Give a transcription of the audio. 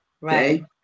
right